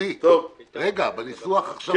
בניסוח עכשיו.